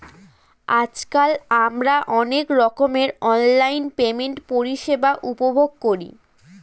আজকাল আমরা অনেক রকমের অনলাইন পেমেন্ট পরিষেবা উপভোগ করি